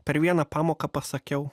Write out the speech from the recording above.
per vieną pamoką pasakiau